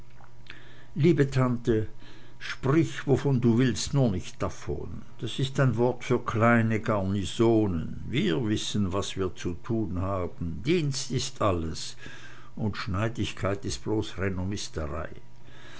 liebe tante sprich wovon du willst nur nicht davon das ist ein wort für kleine garnisonen wir wissen was wir zu tun haben dienst ist alles und schneidigkeit ist bloß